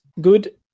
good